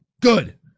Good